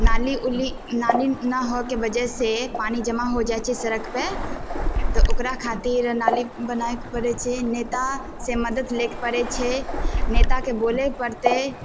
नाली उली नाली ने होइके वजह से पानि जमा होइ जाइ छै सड़क पे तऽ ओकरा खातिर नाली बनाएके पड़ै छै नेता से मदद लैके पड़ै छै नेताके बोलैके पड़तै